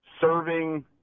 serving